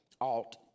alt